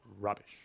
rubbish